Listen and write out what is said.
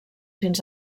fins